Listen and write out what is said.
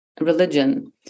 religion